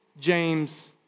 James